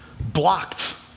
blocked